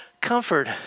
Comfort